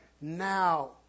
now